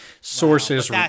sources